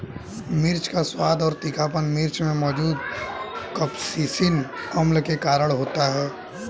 मिर्च का स्वाद और तीखापन मिर्च में मौजूद कप्सिसिन अम्ल के कारण होता है